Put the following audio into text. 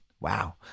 Wow